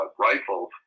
rifles